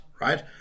Right